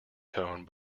tone